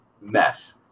mess